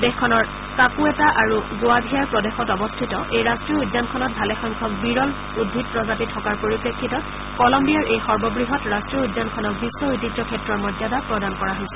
দেশখনৰ কাকোৱেটা আৰু গোৱাভিয়াৰ প্ৰদেশত অৱস্থিত এই ৰষ্ট্ৰীয় উদ্যানখনত ভালেসংখ্যক উদ্ভিদ প্ৰজাতি থকাৰ পৰিপ্ৰেক্ষিতত কলম্বিয়াৰ এই সৰ্ববৃহৎ ৰাষ্ট্ৰীয় উদ্যানখনক বিশ্ব ঐতিহ্যক্ষেত্ৰৰ মৰ্যাদা প্ৰদান কৰা হৈছে